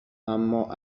اما